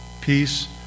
peace